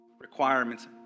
Requirements